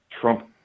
Trump